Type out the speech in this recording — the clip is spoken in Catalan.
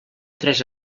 tres